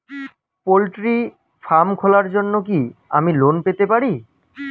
Poultry farm খোলার জন্য কি আমি লোন পেতে পারি?